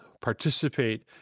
participate